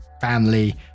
family